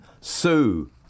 Sue